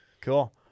Cool